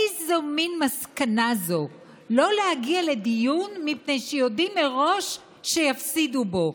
איזה מין מסקנה זו לא להגיע לדיון מפני שיודעים מראש שיפסידו בו?